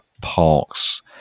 parks